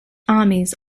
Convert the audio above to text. armies